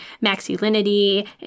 masculinity